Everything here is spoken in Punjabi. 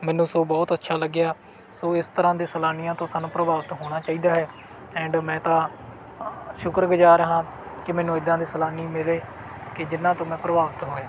ਮੈਨੂੰ ਸੋ ਬਹੁਤ ਅੱਛਾ ਲੱਗਿਆ ਸੋ ਇਸ ਤਰ੍ਹਾਂ ਦੇ ਸੈਲਾਨੀਆਂ ਤੋਂ ਸਾਨੂੰ ਪ੍ਰਭਾਵਿਤ ਹੋਣਾ ਚਾਹੀਦਾ ਹੈ ਐਂਡ ਮੈਂ ਤਾਂ ਸ਼ੁਕਰ ਗੁਜ਼ਾਰ ਹਾਂ ਕਿ ਮੈਨੂੰ ਇੱਦਾਂ ਦੇ ਸੈਲਾਨੀ ਮਿਲੇ ਕਿ ਜਿਹਨਾਂ ਤੋਂ ਮੈਂ ਪ੍ਰਭਾਵਿਤ ਹੋਇਆ